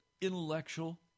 intellectual